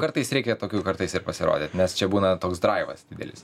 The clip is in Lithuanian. kartais reikia tokių kartais ir pasirodyt nes čia būna toks draivas didelis